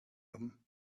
them